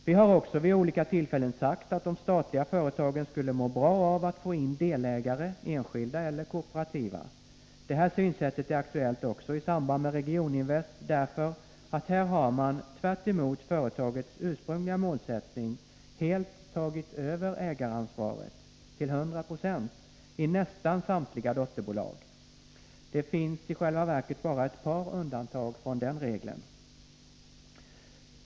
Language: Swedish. Vi har också vid olika tillfällen sagt att de statliga företagen skulle må bra av att få in delägare, enskilda eller kooperativa. Det här synsättet är aktuellt också i samband med Regioninvest därför att man här, tvärtemot företagets ursprungliga målsättning har tagit över ägaransvaret helt, till 100 22, i nästan samtliga dotterbolag. Det finns i själva verket bara ett par undantag från den regeln.